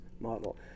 model